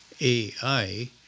AI